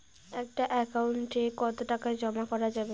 একটা একাউন্ট এ কতো টাকা জমা করা যাবে?